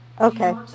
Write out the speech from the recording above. Okay